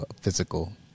physical